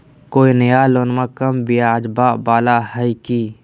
कोइ नया लोनमा कम ब्याजवा वाला हय की?